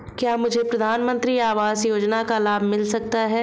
क्या मुझे प्रधानमंत्री आवास योजना का लाभ मिल सकता है?